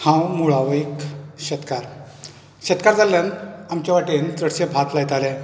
हांव मुळावेक शेतकार शेतकार जाल्ल्यान आमच्या वटेन चडशें भात लायताले